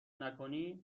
نکنی